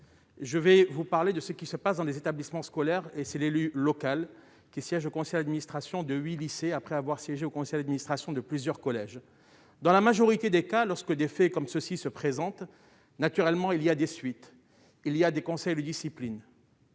je vais vous parler de ce qui se passe dans les établissements scolaires et c'est l'élu local qui siège au conseil d'administration de 8 lycées après avoir siégé au conseil d'administration de plusieurs collèges, dans la majorité des cas, lorsque des faits comme ceux-ci se présente naturellement il y a des suites il y a des conseils de discipline.